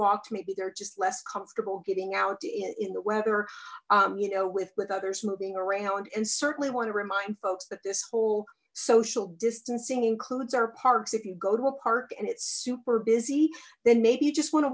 walked maybe they're just less comfortable getting out in the weather you know with with others moving around and certainly want to remind folks that this whole social distancing includes our parks if you go to a park and it's super busy then maybe you just want to